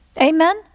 amen